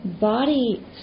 body